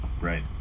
Right